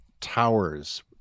towers